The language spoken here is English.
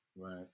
Right